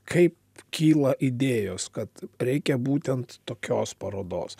kaip kyla idėjos kad reikia būtent tokios parodos